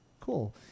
Cool